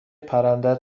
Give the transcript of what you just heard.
پرنده